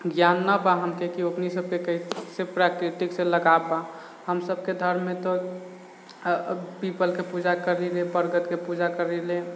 ज्ञान न पा हमके की ओकनी सबके कैसे प्राकृतिक से लगाव बा हमसबके धर्म मे तऽ पीपल के पूजा करीले बरगद के पूजा करीले